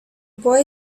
boy